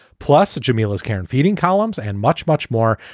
plus, the jamelia is karen feting columns and much, much more.